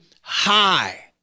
high